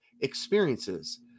experiences